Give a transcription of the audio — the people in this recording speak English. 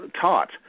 Taught